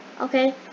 Okay